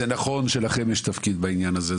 זה נכון שלכם יש תפקיד בעניין הזה,